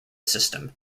system